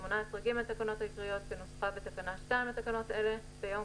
18(ג) לתקנות העיקריות כנוסחה בתקנה 2 לתקנות אלה - ביום